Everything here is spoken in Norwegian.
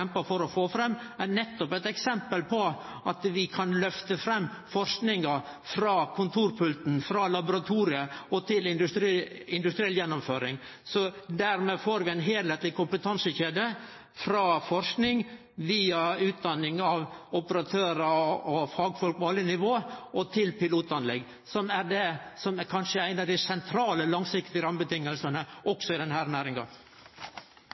for å få fram, er nettopp eit eksempel på at vi kan lyfte fram forskinga frå kontorpulten, frå laboratoriet og til industriell gjennomføring. Dermed får vi ei heilskapleg kompetansekjede frå forsking via utdanning av operatørar og fagfolk på alle nivå til pilotanlegg, som kanskje er ein av dei sentrale langsiktige rammeføresetnadene òg i denne næringa.